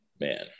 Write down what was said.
Man